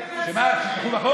שמה, שיתמכו בחוק?